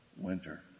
winter